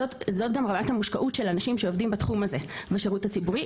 זאת גם רמת המושקעות של אנשים שעובדים בתחום הזה בשירות הציבורי